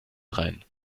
rein